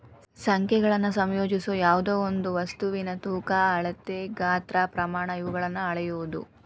ಸಂಖ್ಯೆಗಳನ್ನು ಸಂಯೋಜಿಸುವ ಯಾವ್ದೆಯೊಂದು ವಸ್ತುವಿನ ತೂಕ ಅಳತೆ ಗಾತ್ರ ಪ್ರಮಾಣ ಇವುಗಳನ್ನು ಅಳೆಯುವುದು